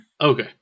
Okay